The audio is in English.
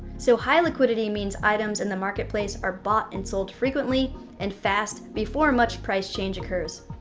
so high liquidity means items in the marketplace are bought and sold frequently and fast before much price change occurs.